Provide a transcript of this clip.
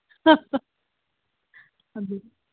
ꯑꯗꯨꯅꯤ